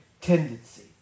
tendency